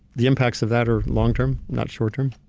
the impacts of that are long term, not short term.